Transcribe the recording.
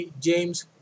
james